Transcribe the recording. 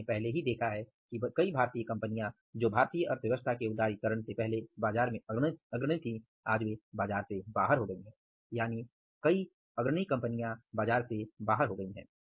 आपने पहले ही देखा है कि कई भारतीय कंपनियां जो भारतीय अर्थव्यवस्था के उदारीकरण से पहले बाजार में अग्रणी थीं आज वे बाजार से बाहर हैं